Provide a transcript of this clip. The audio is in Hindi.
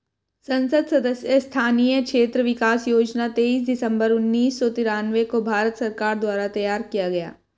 संसद सदस्य स्थानीय क्षेत्र विकास योजना तेईस दिसंबर उन्नीस सौ तिरान्बे को भारत सरकार द्वारा तैयार किया गया